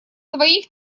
двоих